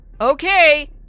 Okay